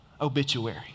obituary